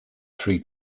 free